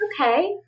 Okay